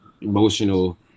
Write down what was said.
emotional